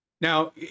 Now